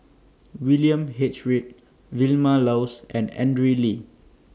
William H Read Vilma Laus and Andrew Lee